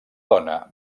dona